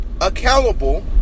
accountable